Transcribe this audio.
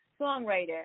songwriter